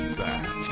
back